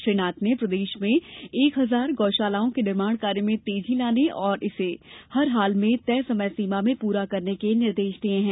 श्री कमल नाथ ने प्रदेश में एक हजार गौ शालाओं के निर्माण कार्य में तेजी लाने और इसे हर हाल में तय समय सीमा में पूरा करने के निर्देश दिए हैं